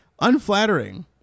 Unflattering